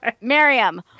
Miriam